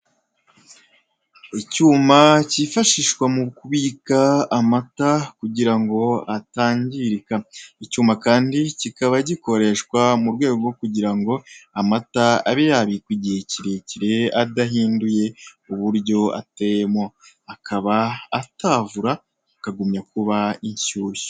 Icyuma cyifashishwa mu kubika amata kugirango atangirika. Icyuma kandi kikaba gikoreshwa mu rwego rwo kugirango amata abe yabikwa igihe kirekire adahinduye uburyo ateyemo. Akaba atavura, akagumya kuba inshyushyu.